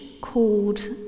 called